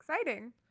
exciting